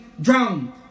drowned